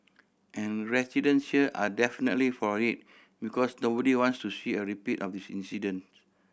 and residents here are definitely for it because nobody wants to see a repeat of this incident